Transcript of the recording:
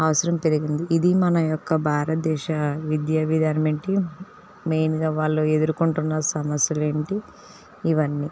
అవసరం పెరిగింది ఇది మన యొక్క భారతదేశ విద్యా విధానం ఏంటి మెయిన్గా వాళ్ళు ఎదుర్కుంటున్న సమస్యలేంటి ఇవన్నీ